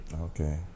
Okay